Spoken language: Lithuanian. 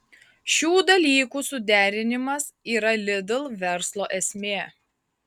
šių dalykų suderinimas yra lidl verslo esmė